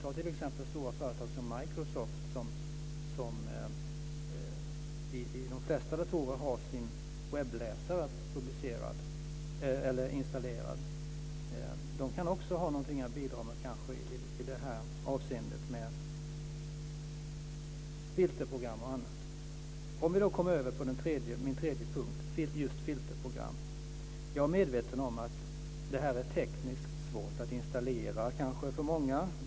Ta t.ex. stora företag som Microsoft, som i de flesta datorer har sin webbläsare installerad. Det företaget kanske också kan ha någonting att bidra med i detta avseende, med filterprogram och annat. Då kommer vi över till min tredje punkt - just filterprogram. Jag är medveten om att de är tekniskt svåra att installera för många.